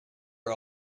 are